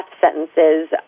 sentences